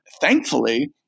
Thankfully